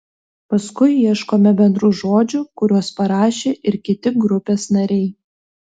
paskui ieškome bendrų žodžių kuriuos parašė ir kiti grupės nariai